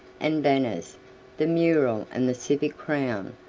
and banners, the mural and the civic crown,